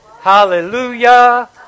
Hallelujah